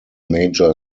major